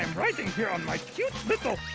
and riding here on my cute little